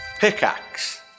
Pickaxe